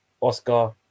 Oscar